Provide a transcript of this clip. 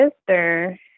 sister